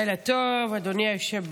לילה טוב, אדוני היושב בראש,